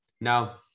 now